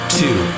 two